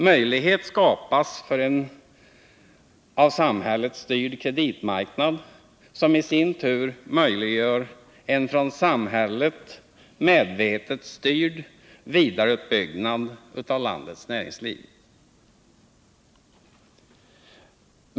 Möjlighet skapas för en av samhället styrd kreditmarknad, som i sin tur möjliggör en från samhället medvetet styrd vidareutbyggnad av landets näringsliv.